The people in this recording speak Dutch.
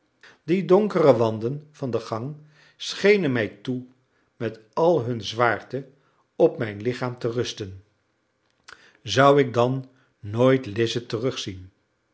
die donkere wanden van de gang schenen mij toe met al hun zwaarte op mijn lichaam te rusten zou ik dan nooit lize terugzien